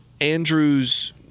Andrew's